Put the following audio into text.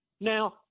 Now